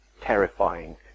terrifying